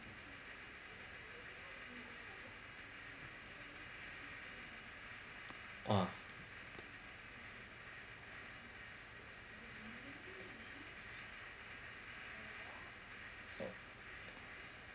ah